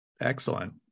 Excellent